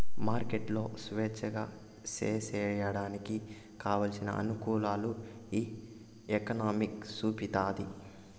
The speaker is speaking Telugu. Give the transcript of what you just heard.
మార్కెట్లు స్వేచ్ఛగా సేసేయడానికి కావలసిన అనుకూలాలు ఈ ఎకనామిక్స్ చూపుతాది